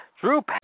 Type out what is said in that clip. Drew